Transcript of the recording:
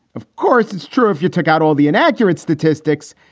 of course it's true. if you took out all the inaccurate statistics,